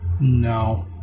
no